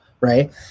right